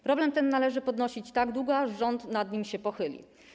Problem ten należy ponosić tak długo, aż rząd nad nim się pochyli.